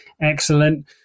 Excellent